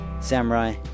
Samurai